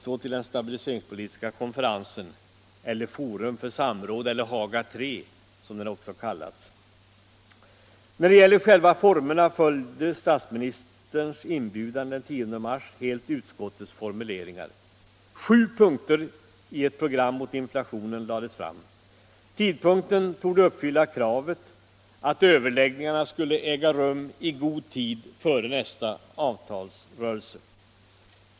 Så till den stabiliseringspolitiska konferensen eller forum för samråd eller Haga III som den också kallats. När det gäller själva formerna följde statsministerns inbjudan den 10 mars helt utskottets formuleringar. Sju punkter i ett program mot inflationen lades fram. Tidpunkten torde uppfylla kravet att överläggningarna skulle äga rum ”i god tid före nästa avtalsrörelse”.